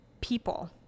people